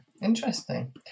Interesting